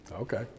Okay